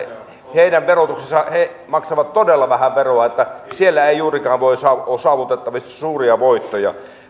he maksavat todella vähän veroa niin että siellä ei juurikaan ole saavutettavissa suuria voittoja